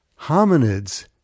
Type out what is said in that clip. Hominids